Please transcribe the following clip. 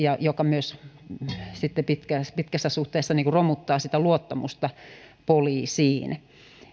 ja joka myös sitten pitkässä suhteessa romuttaa luottamusta poliisiin